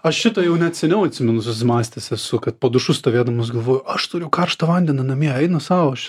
aš šitą jau net seniau atsimenu susimąstęs esu kad po dušu stovėdamas galvoju aš turiu karštą vandenį namie eina sau aš